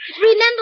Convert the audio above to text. Remember